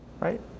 Right